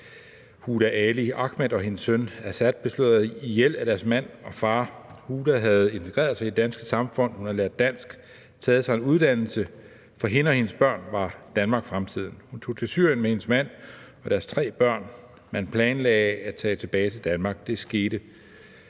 Huda Ali Ahmad og hendes søn Azad blev slået ihjel af deres mand og far. Huda havde integreret sig i det danske samfund, hun havde lært dansk og taget sig en uddannelse. For hende og hendes børn var Danmark fremtiden. Hun tog til Syrien med sin mand og deres tre børn, men planlagde at tage tilbage til Danmark. Det skete